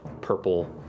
purple